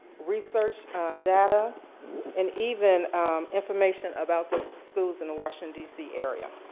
research data and even information about the schools in the washington, d c. area.